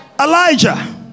Elijah